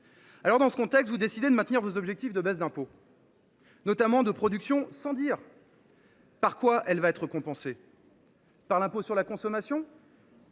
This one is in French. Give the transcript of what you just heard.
ans. Dans ce contexte, vous décidez de maintenir vos objectifs de baisse des impôts, notamment de production, sans dire par quoi cette baisse va être compensée. Par l’impôt sur la consommation ?